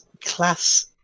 class